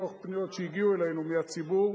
מתוך פניות שהגיעו אלינו מהציבור.